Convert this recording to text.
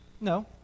No